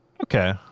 okay